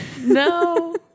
no